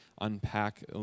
unpack